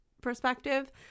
perspective